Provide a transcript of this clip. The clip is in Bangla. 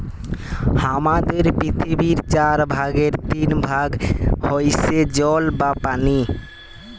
হামাদের পৃথিবীর চার ভাগের তিন ভাগ হইসে জল বা পানি